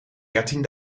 dertien